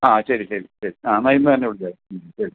ആ ശരി ശരി ശരി ആ എന്നാൽ ഇന്ന് തന്നെ വിളിക്കാം ശരി